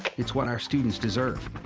it's what our students deserve.